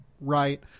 Right